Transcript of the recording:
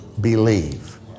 believe